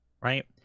Right